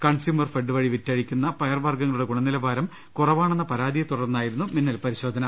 കൺസ്യൂമർഫെഡ് വഴി വിറ്റഴിക്കുന്ന പയർവർഗ്ഗങ്ങളുടെ ഗുണ നിലവാരം കുറവാണെന്ന പരാതിയെ തുടർന്നായിരുന്നു മിന്നൽ പരി ശോധന